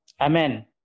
Amen